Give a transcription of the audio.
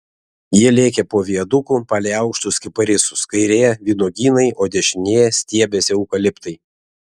jie lėkė po viaduku palei aukštus kiparisus kairėje vynuogynai o dešinėje stiebėsi eukaliptai